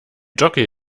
jockey